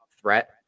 threat